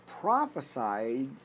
prophesied